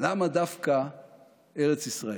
למה דווקא ארץ ישראל.